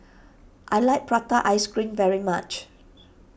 I like Prata Ice Cream very much